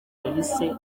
yahise